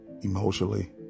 Emotionally